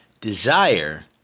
desire